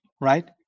right